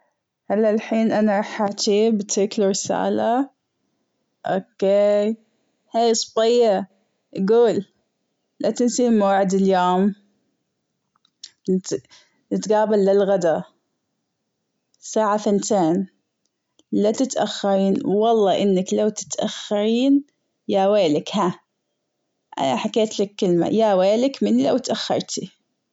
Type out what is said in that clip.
أنا الحين أنا راح حاجيه وبتركله رساله أوكي هاي صبية بجول ماتنسين موعد اليوم بنت- بنتجابل للغدا الساعة تنتين لا تتأخرين والله إنك لو تتأخرين ياويلك ها أنا حكيتلك كلمة ياويلك مني لو أتأخرتي.